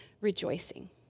rejoicing